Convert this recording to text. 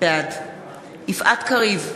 בעד יפעת קריב,